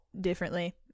differently